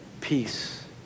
peace